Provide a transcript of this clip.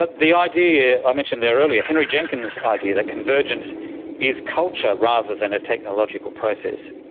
but the idea i mentioned their earlier, henry jenkins' idea that convergence is culture rather than a technological process.